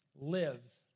lives